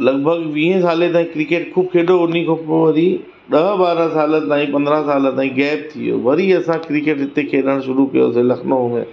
लॻभॻि वीहे साले ताईं क्रिकेट खूब खेॾो उनखां पोइ वरी ॾह ॿारहं साल ताईं पंद्रहं साल ताईं गैप थी वियो वरी असां क्रिकेट जिते खेॾण शुरू कयोसीं लखनऊ में